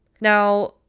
Now